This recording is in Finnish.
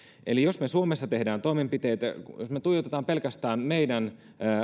eli jos me suomessa teemme toimenpiteitä jos me tuijotamme pelkästään meidän